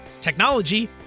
technology